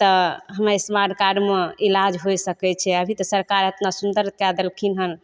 तऽ हमर स्मार्ट कार्डमे इलाज होइ सकय छै अभी तऽ सरकार एतना सुन्दर कए देलखिन हन